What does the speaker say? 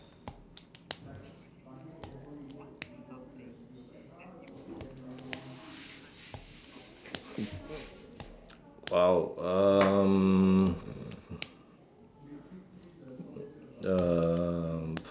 !wow! um um